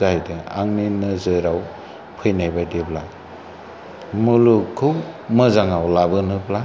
जाहैदों आंनि नोजोराव फैनाय बायदिब्ला मुलुगखौ मोजाङाव लाबोनोब्ला